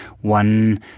one